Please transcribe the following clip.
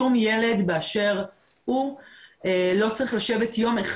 שום ילד באשר הוא לא צריך לשבת יום אחד